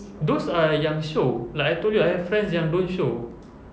those are yang show like I told you I have friends yang don't show